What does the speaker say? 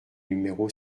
numéro